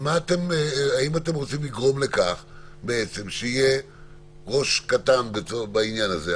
האם אתם רוצים לגרום לכך שיהיה ראש קטן בעניין הזה?